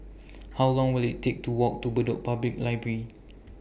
How Long Will IT Take to Walk to Bedok Public Library